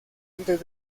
antes